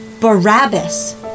Barabbas